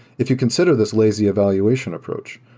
if you consider this lazy evaluation approach,